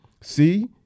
see